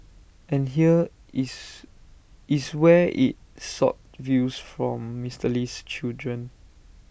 and here is is where IT sought views from Mister Lee's children